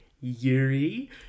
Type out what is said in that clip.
Yuri